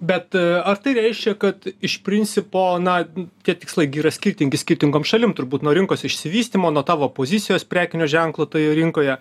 bet ar tai reiškia kad iš principo na tie tikslai gi yra skirtingi skirtingom šalim turbūt nuo rinkos išsivystymo nuo tavo pozicijos prekiniu ženklu toje rinkoje